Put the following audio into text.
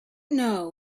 know